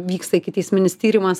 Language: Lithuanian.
vyksta ikiteisminis tyrimas